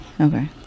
Okay